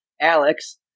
Alex